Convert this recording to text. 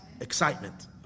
excitement